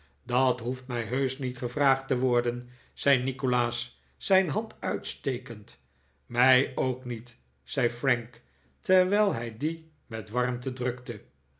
dat hoeft mij heusch niet gevraagd te worden zei nikolaas zijn hand uitstekend mij ook niet zei frank terwijl hij die met warmte drukte